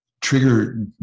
trigger